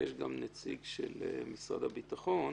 ויש גם נציג של משרד הביטחון,